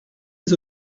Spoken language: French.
les